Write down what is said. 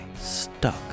stuck